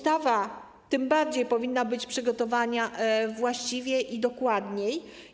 Tym bardziej ustawa powinna być przygotowana właściwie i dokładniej.